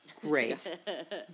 great